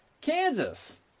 Kansas